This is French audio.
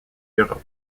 europe